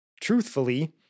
truthfully